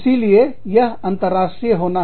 इसीलिए यह अंतरराष्ट्रीय होना